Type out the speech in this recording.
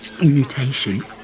mutation